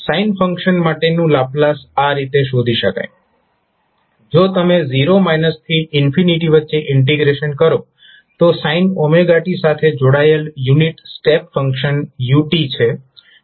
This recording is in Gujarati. sin ફંક્શન માટેનું લાપ્લાસ આ રીતે શોધી શકાય જો તમે 0 થી વચ્ચે ઇન્ટિગ્રેશન કરો તો sin t સાથે જોડાયેલ યુનિટ સ્ટેપ ફંક્શન u છે